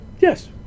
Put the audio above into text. Yes